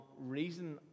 reason